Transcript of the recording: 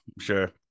sure